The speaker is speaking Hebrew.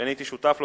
שאני הייתי שותף לו,